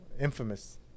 Infamous